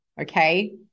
Okay